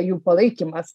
jų palaikymas